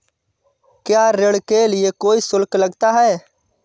क्या ऋण के लिए कोई शुल्क लगता है?